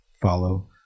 follow